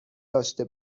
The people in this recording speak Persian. داشته